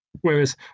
Whereas